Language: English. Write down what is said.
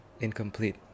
incomplete